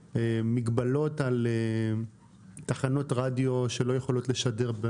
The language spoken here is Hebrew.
מגבלות על תחנות רדיו שלא יכולות לשדר,